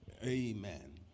Amen